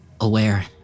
aware